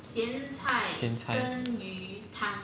咸菜